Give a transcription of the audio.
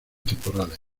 temporales